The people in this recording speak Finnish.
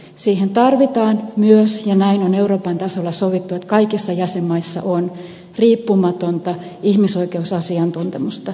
siihen tarvitaan myös ja näin on euroopan tasolla sovittu kaikissa jäsenmaissa riippumatonta ihmisoikeusasiantuntemusta